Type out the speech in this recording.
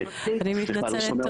אני מתנצלת.